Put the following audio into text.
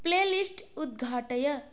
play list उद्घाटय